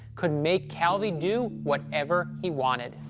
could make calvi do whatever he wanted.